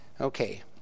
Okay